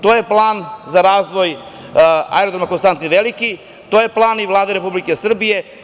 To je plan za razvoj aerodroma „Konstantin Veliki“, to je plan i Vlade Srbije.